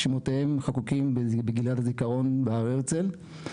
שמותיהם חקוקים בגיליון הזיכרון בהר הרצל,